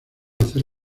hacer